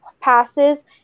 passes